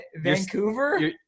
vancouver